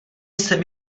jsem